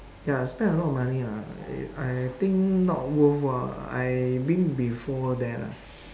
ya I spend a lot of money lah I I think not worthwhile I been before there lah